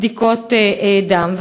בדיקות דם.